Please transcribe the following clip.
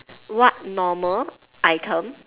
what normal item